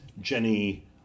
Jenny